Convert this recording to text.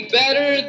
better